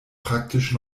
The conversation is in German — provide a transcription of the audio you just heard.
praktisch